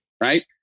right